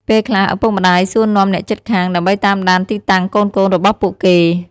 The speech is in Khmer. ពេលខ្លះ ឪពុកម្តាយសួរនាំអ្នកជិតខាង ដើម្បីតាមដានទីតាំងកូនៗរបស់ពួកគេ។